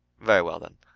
very well then,